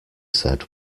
said